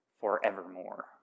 forevermore